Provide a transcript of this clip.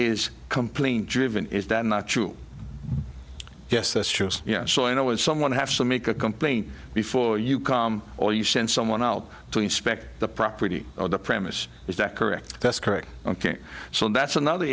is complaint driven is that not true yes that's true yeah so i would someone have to make a complaint before you come or you send someone out to inspect the property or the premise is that correct that's correct ok so that's another